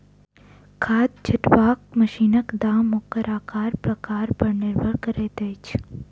खाद छिटबाक मशीनक दाम ओकर आकार प्रकार पर निर्भर करैत अछि